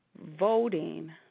voting